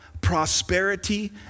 prosperity